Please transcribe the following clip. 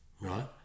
right